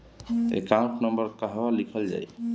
Account number कहवा लिखल जाइ?